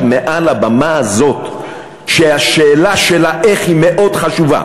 מעל הבמה הזאת שהשאלה של ה"איך" היא מאוד חשובה,